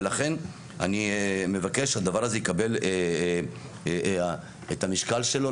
לכן אני מבקש שהדבר הזה יקבל את המשקל שלו,